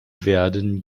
werden